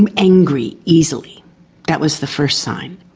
and angry easily that was the first sign.